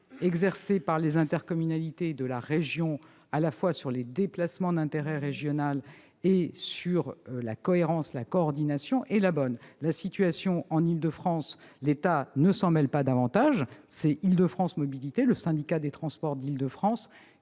exercée par les intercommunalités de la région à la fois sur les déplacements d'intérêt régional et sur la cohérence, la coordination est la bonne. S'agissant de la situation en Île-de-France, l'État ne s'en mêle pas davantage : c'est Île-de-France mobilité, le syndicat des transports d'Île-de-France,